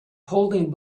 holding